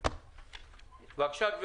התכנון, בבקשה.